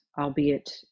albeit